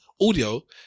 Audio